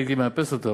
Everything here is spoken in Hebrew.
הייתי מאפס אותו,